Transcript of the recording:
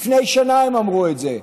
לפני שנה הם אמרו את זה,